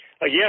Yes